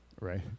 Right